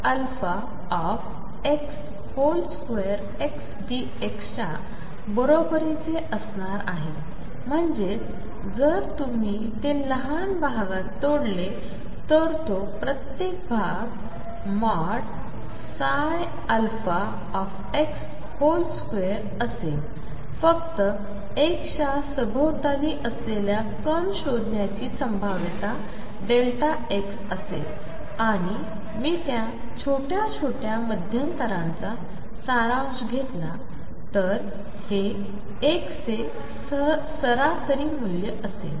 xαα हे ∫2xdx च्या बरोबरीचे असणार आहे म्हणजेच जर तुम्ही ते लहान भागात तोडले तर तो प्रत्येक भाग 2 असेल फक्त x च्यासभोवताली असलेल्या कण शोधण्याची संभाव्यता x असेल आणि मी त्या छोट्या छोट्या मध्यांतरांचा सारांश घेतला तर हे x चे सरासरी मूल्य असेल